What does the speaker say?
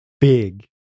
big